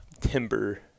timber